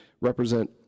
represent